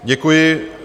Děkuji.